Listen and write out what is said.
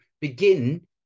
begin